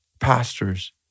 pastors